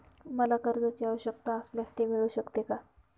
मला कर्जांची आवश्यकता असल्यास ते मिळू शकते का?